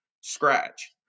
scratch